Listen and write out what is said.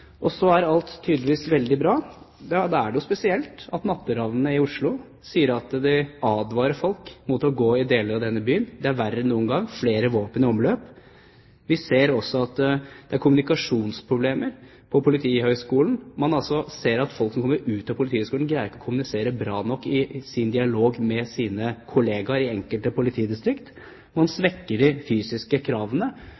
politidistriktene. Så er alt tydeligvis veldig bra. Ja, da er det spesielt at natteravnene i Oslo sier at de advarer folk mot å gå i deler av denne byen. Det er verre enn noen gang, flere våpen i omløp. Vi ser også at det er kommunikasjonsproblemer på Politihøgskolen. Vi ser at folk som kommer ut av Politihøgskolen, ikke greier å kommunisere bra nok i sin dialog med sine kolleger i enkelte politidistrikt. Man